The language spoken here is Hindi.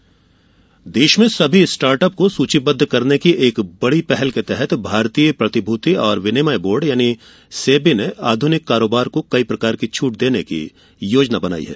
स्टार्टअप देश में सभी स्टार्ट अप को सूचीबद्ध करने की एक बड़ी पहल के तहत भारतीय प्रतिभूति और विनिमय बोर्ड सेबी ने आधुनिक कारोबार को कई प्रकार की छूट देने की योजना बनाई है